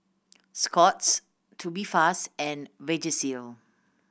Scott's Tubifast and Vagisil